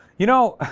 you know